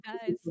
guys